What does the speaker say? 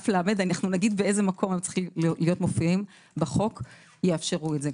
נאמר באילו מקומות הם צריכים להיות מופיעים בחוק - יאפשרו את זה.